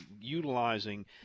utilizing